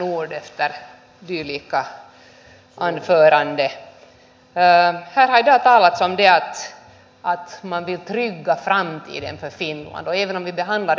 mutta nämä jotka tulevat lähi idästä siellähän on kaaos koko ajan ollut läpi historian niin me kotoutamme näitä